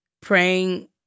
praying